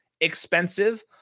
expensive